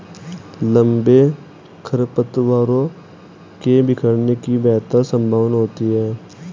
लंबे खरपतवारों के बिखरने की बेहतर संभावना होती है